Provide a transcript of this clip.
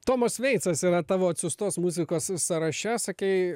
tomas veicas yra tavo atsiųstos muzikos sąraše sakei